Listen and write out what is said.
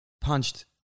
punched